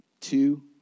two